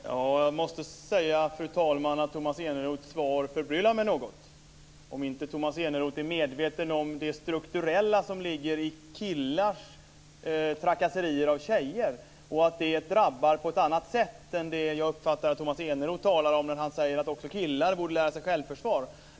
Fru talman! Jag måste säga att Tomas Eneroths svar förbryllar mig något. Är inte Tomas Eneroth medveten om det strukturella som ligger i killars trakasserier av tjejer, och att det drabbar på ett annat sätt än det som jag uppfattar att Tomas Eneroth talar om när han säger att också killar borde lära sig självförsvar?